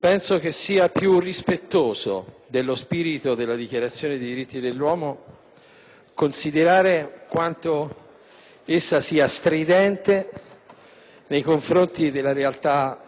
Penso sia più rispettoso dello spirito della Dichiarazione dei diritti dell'uomo considerare quanto essa sia stridente nei confronti della realtà